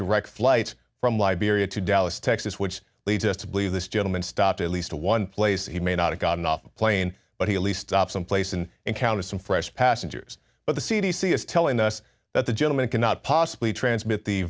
direct flight from liberia to dallas texas which leads us to believe this gentleman stopped at least one place he may not have gotten off the plane but he at least up someplace and encountered some fresh passengers but the c d c is telling us that the gentleman cannot possibly transmit the